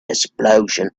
explosion